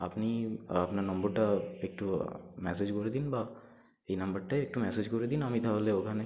আপনি আপনার নম্বরটা একটু মেসেজ করে দিন বা এই নাম্বারটায় একটু মেসেজ করে দিন আমি তাহলে ওখানে